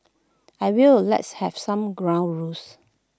I will let's have some ground rules